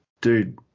dude